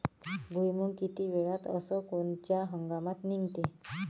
भुईमुंग किती वेळात अस कोनच्या हंगामात निगते?